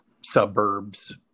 suburbs